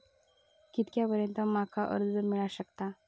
कितक्या पर्यंत माका कर्ज मिला शकता?